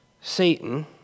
Satan